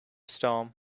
storm